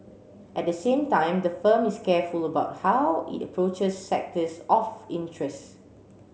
at the same time the firm is careful about how it approaches sectors of interest